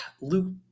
Luke